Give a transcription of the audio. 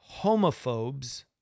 homophobes